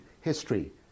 history